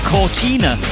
Cortina